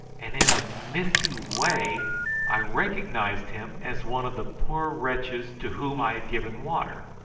and in a misty way i recognised him as one of the poor wretches to whom i had given water.